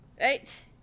right